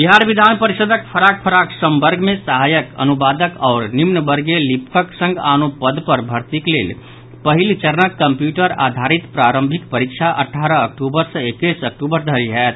बिहार विधान परिषदक फराक फराक संवर्ग मे सहायक अनुवादक आओर निम्न वर्गीय लिपिकक संग आनो पद पर भर्तीक लेल पहिल चरणक कम्प्यूटर आधारित प्रारंभिक परीक्षा अठारह अक्टूबर सँ एकैस अक्टूबर धरि होयत